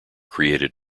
created